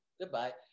Goodbye